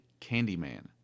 Candyman